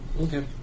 Okay